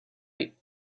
right